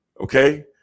okay